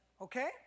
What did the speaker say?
okay